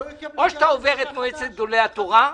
או שאתה עובר את מועצת גדולי התורה,